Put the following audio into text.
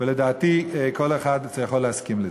ולדעתי כל אחד יכול להסכים לזה.